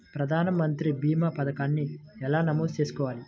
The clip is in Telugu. ప్రధాన మంత్రి భీమా పతకాన్ని ఎలా నమోదు చేసుకోవాలి?